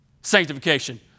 sanctification